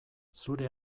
zure